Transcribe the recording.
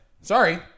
Sorry